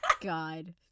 God